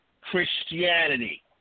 Christianity